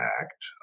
Act